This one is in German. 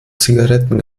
zigaretten